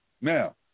Now